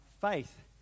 faith